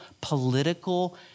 political